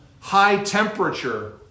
high-temperature